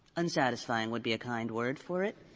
unsatisfying, would be a kind word for it,